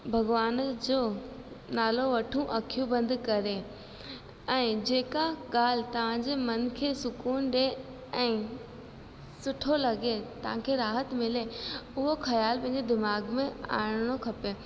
भॻवान जो नालो वठूं अखियूं बंदि करे ऐं जेका ॻाल्हि तव्हांजे मन खे सुकूनु ॾे ऐं सुठो लॻे तव्हांखे राहत मिले उहो ख़्यालु पंहिंजे दिमाग़ में आणिणो खपे